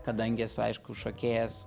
kadangi esu aišku šokėjas